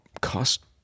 cost